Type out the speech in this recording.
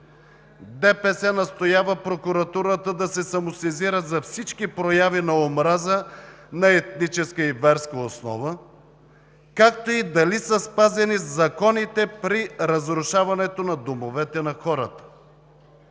настоява прокуратурата да се самосезира за всички прояви на омраза на етническа и верска основа, както и дали са спазени законите при разрушаването на домовете на хората.